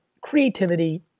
creativity